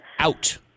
Out